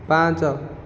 ପାଞ୍ଚ